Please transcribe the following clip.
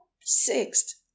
Sixth